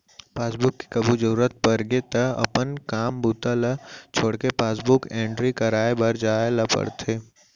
passbook के कभू जरूरत परगे त अपन काम बूता ल छोड़के पासबुक एंटरी कराए बर जाए ल परथे